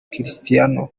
cristiano